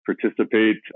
participate